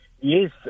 Yes